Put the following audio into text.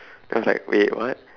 then I was like wait what